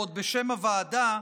ועוד בשם הוועדה,